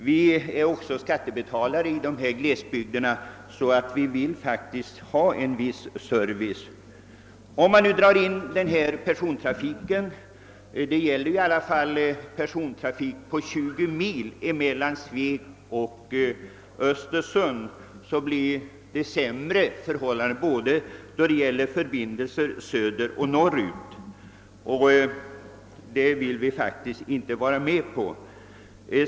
Vi i dessa glesbygder är ju också skattebetalare, och vi vill ha en viss service. Om nu den persontrafik det här gäller dras in — det är ju ändå cirka 20 mil mellan Sveg och Östersund — blir förhållandena sämre när det gäller förbindelserna såväl söderut som norrut, och det vill vi inte vara med om.